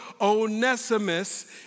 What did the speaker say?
Onesimus